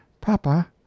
Papa